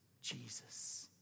Jesus